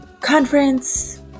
conference